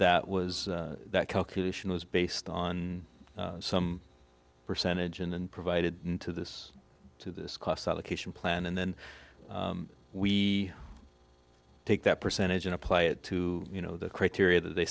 that was that calculation was based on some percentage and provided into this to this cost allocation plan and then we take that percentage and apply it to you know the criteria that they